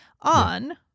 on